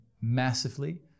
massively